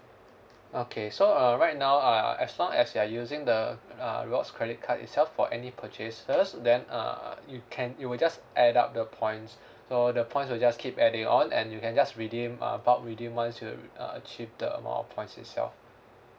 okay so uh right now uh as long as you are using the uh rewards credit card itself for any purchases then uh you can it will just add up the points so the points will just keep adding on and you can just redeem uh bulk redeem once you uh achieve the amount of points itself